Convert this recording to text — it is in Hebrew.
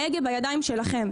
ההגה בידיים שלכם.